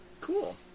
Cool